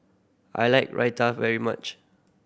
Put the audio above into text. I like Raita very much